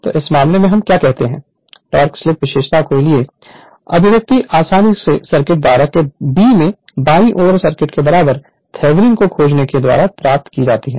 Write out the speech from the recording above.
तो इस मामले में हम क्या करते हैं टोक़ स्लीप विशेषता के लिए अभिव्यक्ति आसानी से सर्किट 12 में ब के बाईं ओर सर्किट के बराबर थेवनिन को खोजने के द्वारा प्राप्त की जाती है